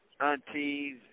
aunties